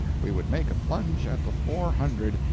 we would make a plunge at the four hundred,